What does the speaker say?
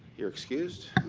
you're excused.